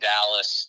Dallas